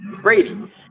Brady